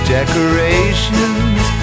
Decorations